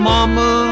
Mama